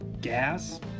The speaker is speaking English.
gas